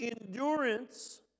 endurance